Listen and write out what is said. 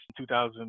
2000